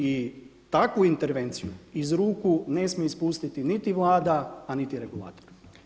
I takvu intervenciju iz ruku ne smije ispustiti niti Vlada, a niti regulator.